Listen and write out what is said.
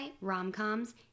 rom-coms